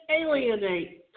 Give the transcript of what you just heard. alienate